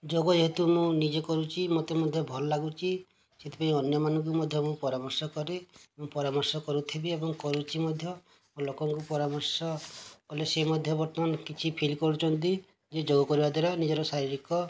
ଯୋଗ ଯେହେତୁ ମୁଁ ନିଜେ କରୁଛି ମୋତେ ମଧ୍ୟ ଭଲ ଲାଗୁଛି ସେଥିପାଇଁ ଅନ୍ୟମାନଙ୍କୁ ବି ମଧ୍ୟ ମୁଁ ପରାମର୍ଶ କରେ ମୁଁ ପରାମର୍ଶ କରୁଥିବି ଏବଂ କରୁଛି ମଧ୍ୟ ଲୋକଙ୍କୁ ପରାମର୍ଶ କଲେ ସିଏ ମଧ୍ୟ ବର୍ତ୍ତମାନ କିଛି ଫିଲ୍ କରୁଛନ୍ତି ଯେ ଯୋଗ କରିବାଦ୍ୱାରା ନିଜ ଶାରୀରିକ